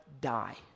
die